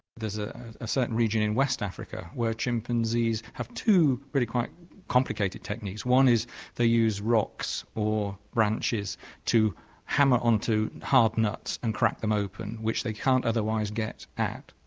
there's a ah certain region in west africa where chimpanzees have two really quite complicated techniques. one is they use rocks or branches to hammer on to hard nuts and crack them open which they can't otherwise get at.